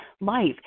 life